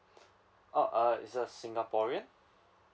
oh uh is a singaporean